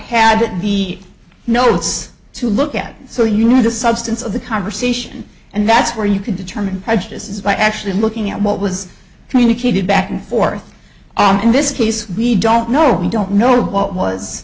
had to be notes to look at so you know the substance of the conversation and that's where you can determine this is by actually looking at what was communicated back and forth in this case we don't know we don't know what was